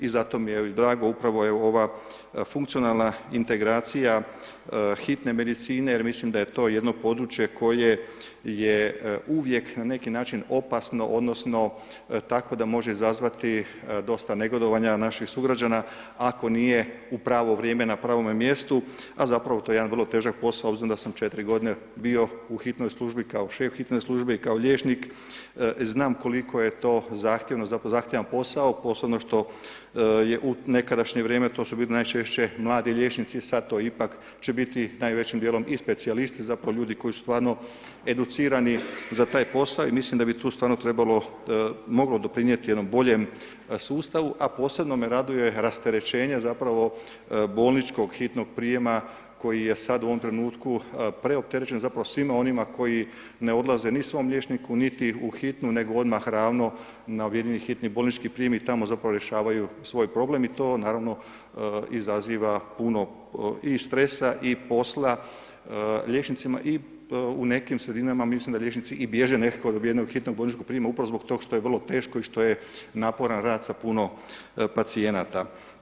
I zato mi je drago, upravo je ova funkcionalna integracija hitne medicine, jer mislim da je to jedno područje koje je uvijek na neki način opasno, odnosno takvo da može izazvati dosta negodovanja naših sugrađana ako nije u pravo vrijeme na pravome mjestu a zapravo to je jedan vrlo težak posao obzirom da sam 4 godine bio u hitnoj službi kao šef hitne službe i kao liječnik, znam koliko je to zahtjevno, zapravo zahtjevan posao posebno što je u nekadašnje vrijeme, to su bili najčešće mladi liječnici, sada to ipak će biti najvećim dijelom i specijalist, zapravo ljudi koji su stvarno educirani za taj posao i mislim da bi tu stvarno trebalo, moglo doprinijeti jednom boljem sustavu a posebno me raduje rasterećenje zapravo bolničkog hitnog prijema koji je sada u ovom trenutku preopterećen zapravo svima onima koji one ne odlaze ni svom liječniku niti u hitnu, nego opet ravno na vidljiv hitni bolnički prijem i tamo zapravo rješavaju svoj problem i to naravno izaziva puno i stresa i posla liječnicima i u nekim sredinama, mislim da liječnici i biježe nekako od jednog bolničkog prijama, upravo zbog toga što je vrlo teško i što je naporan rad s puno pacijenata.